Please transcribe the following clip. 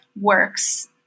works